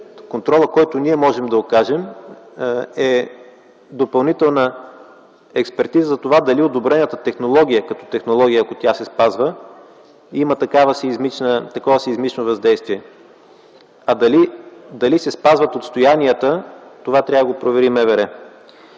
Контролът, който ние можем да окажем, е допълнителна експертиза за това дали одобрената технология, като технология, ако тя се спазва, има такова сеизмично въздействие. А дали се спазват отстоянията, това трябва да го провери МВР.